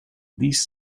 these